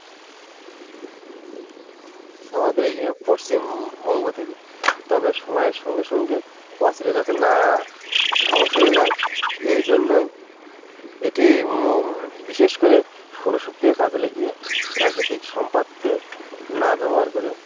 আমাদের এই এ পশ্চিমবঙ্গ থেকে তবে সময়ের সঙ্গে সঙ্গে যাতে না ধ্বংস হয়ে যায় এই জন্যই এটি বিশেষ করে সৌরশক্তিকে কাজে লাগিয়ে প্রাকিতিক সম্পদকে না ব্যবহার করে